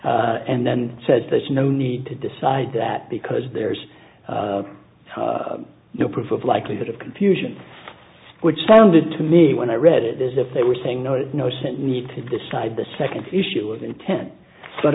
and then said there's no need to decide that because there's no proof of likelihood of confusion which sounded to me when i read it as if they were saying no need to decide the second issue is intent but